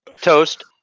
toast